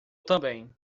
também